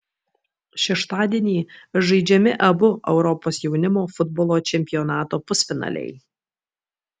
šeštadienį žaidžiami abu europos jaunimo futbolo čempionato pusfinaliai